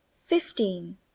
fifteen